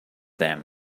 them